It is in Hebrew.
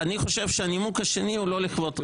אני חושב שהנימוק השני הוא לא לכבודך,